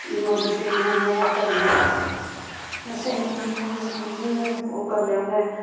मशीनें कन्नै करने मशीन ओह् करने होन्ने